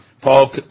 Paul